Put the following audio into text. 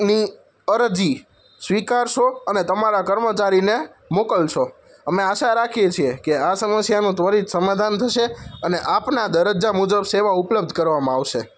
ની અરજી સ્વીકારશો અને તમારા કર્મચારીને મોકલશો અમે આશા રાખીએ છીએ કે આ સમસ્યાનું ત્વરિત સમાધાન થશે અને આપના દરજ્જા મુજબ સેવા ઉપલબ્ધ કરવામાં આવશે